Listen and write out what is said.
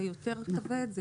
זה יותר מחמיר?